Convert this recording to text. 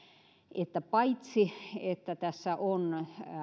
että paitsi että tässä on